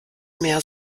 mehr